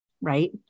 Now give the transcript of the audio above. right